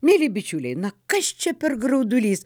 mieli bičiuliai na kas čia per graudulys